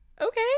Okay